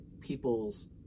people's